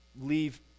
leave